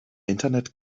internet